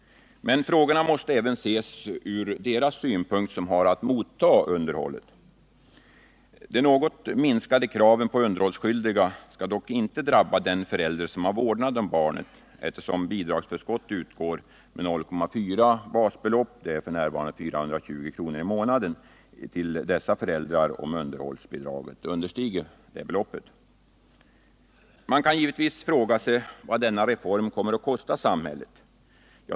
Men frågorna måste även ses ur deras synpunkt som mottar underhåll. De något minskade kraven på de underhållsskyldiga skall ej drabba en förälder som har vårdnaden om barnet, eftersom bidragsförskott utgår med 0,4 basbelopp, f. n. 420 kr. per månad, om underhållet understiger detta belopp. Man kan givetvis fråga sig vad denna reform kommer att kosta samhället.